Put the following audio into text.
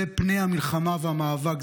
אלה פני המלחמה והמאבק,